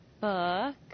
book